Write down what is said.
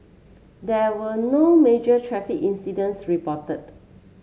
there were no major traffic incidents reported